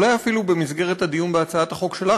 אולי אפילו במסגרת הדיון בהצעת החוק שלך,